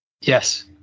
Yes